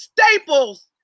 Staples